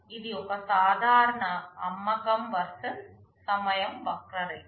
ఇది ఒక సాధారణ అమ్మకం వర్సెస్ సమయం వక్రరేఖ